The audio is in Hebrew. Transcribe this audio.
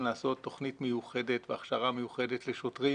לעשות תוכנית מיוחדת והכשרה מיוחדת לשוטרים